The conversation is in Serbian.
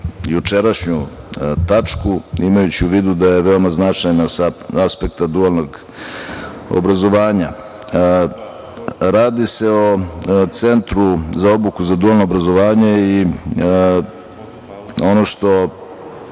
jučerašnju tačku, imajući u vidu da je veoma značajna sa aspekta dualnog obrazovanja. Radi se o Centru za obuku za dualno obrazovanje. Ono što